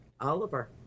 Oliver